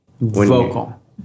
Vocal